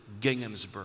Ginghamsburg